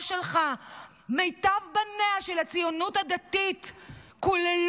שלך מיטב בניה של הציונות הדתי קוללו,